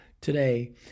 today